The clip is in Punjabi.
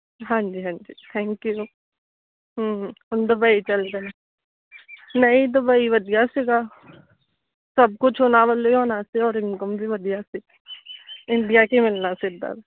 ਹਾਂਜੀ ਹਾਂਜੀ ਥੈਂਕ ਯੂ ਹਮ ਹੁਣ ਦੁਬਈ ਚਲ ਜਾਣਾ ਨਹੀਂ ਦੁਬਈ ਵਧੀਆ ਸੀਗਾ ਸਭ ਕੁਝ ਉਹਨਾਂ ਵੱਲੋਂ ਹੀ ਹੋਣਾ ਸੀ ਔਰ ਇਨਕਮ ਵੀ ਵਧੀਆ ਸੀ ਇੰਡੀਆ 'ਚ ਹੀ ਮਿਲਣਾ ਸਿੱਧਾ